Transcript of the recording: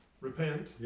Repent